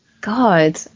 God